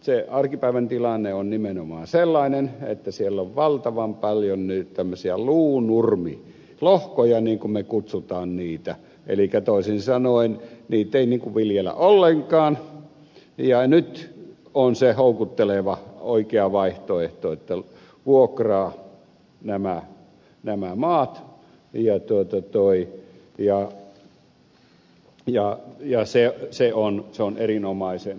se arkipäivän tilanne on nimenomaan sellainen että siellä on valtavan paljon tämmöisiä luunurmilohkoja niin kuin me kutsumme niitä elikkä toisin sanoen niitä ei viljellä ollenkaan ja nyt on se houkutteleva oikea vaihtoehto että vuokraa nämä maat ja se on erinomaisen hyvä asia